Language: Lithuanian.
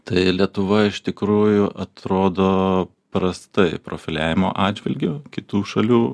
tai lietuva iš tikrųjų atrodo prastai profiliavimo atžvilgiu kitų šalių